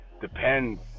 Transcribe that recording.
depends